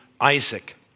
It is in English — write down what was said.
Isaac